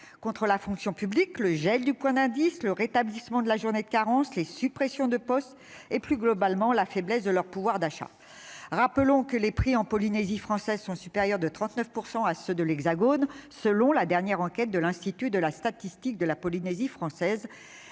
contre la fonction publique, le gel du point d'indice, le rétablissement de la journée de carence, les suppressions de postes et, plus globalement, la faiblesse de leur pouvoir d'achat. Rappelons que les prix en Polynésie française sont supérieurs de 39 % à ceux de l'Hexagone, selon la dernière enquête de l'Institut de la statistique de la Polynésie française.